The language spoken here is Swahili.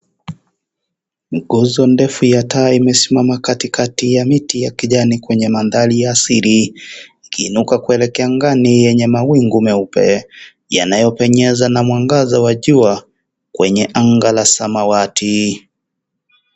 Mkoso ndefu ya taa imesimama katikati ya mti ya kijani kwenye manthari ya siri, ikiinuka kuelekea angani yenye mawingu meupe yanayo penyeza na mwangaza wa jua kwenye anga la samawati.